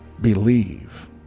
Believe